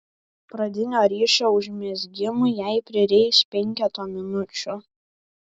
pradinio ryšio užmezgimui jai prireiks penketo minučių